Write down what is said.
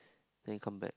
then come back